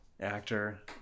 actor